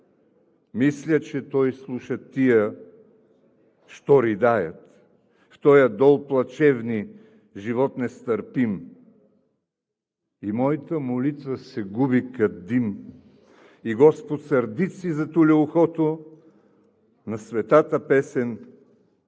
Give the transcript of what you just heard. мисля, че той слуша тия, що ридаят в тоя дол плачевни, живот нестърпим. И мойта молитва се губи кат дим, и господ сърдит си затуля ухото на светата песен